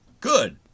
good